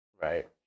Right